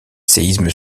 séismes